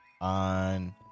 On